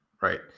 right